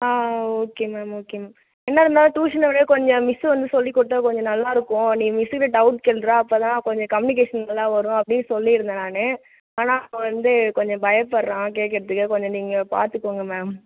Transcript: ஆ okay ma'am okay ma'am என்னதுன்னா டியூஷனை விட கொஞ்சம் மிஸ்ஸு வந்து சொல்லிக் கொடுத்தா கொஞ்சம் நல்லாயிருக்கும் நீ மிஸ்ஸுட்ட டவுட் கேள்டா அப்போ தான் கொஞ்சம் கம்யூனிகேஷன் நல்லா வரும் அப்படின்னு சொல்லியிருந்தேன் நான் ஆனால் அவன் வந்து கொஞ்சம் பயப்படுறான் கேக்கிறதுக்கே கொஞ்சம் நீங்கள் கொஞ்சம் பாத்துக்கங்க மேம்